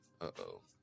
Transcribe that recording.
Uh-oh